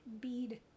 bead